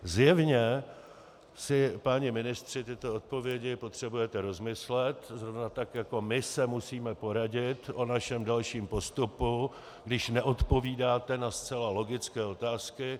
Zjevně si, páni ministři, tuto odpověď potřebujete rozmyslet, zrovna tak jako my se musíme poradit o našem dalším postupu, když neodpovídáte na zcela logické otázky.